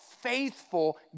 faithful